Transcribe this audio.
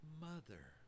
mother